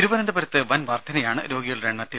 തിരുവനന്തപുരത്ത് വൻ വർധനയാണ് രോഗികളുടെ എണ്ണത്തിൽ